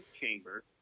chamber